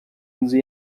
nzu